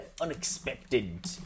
unexpected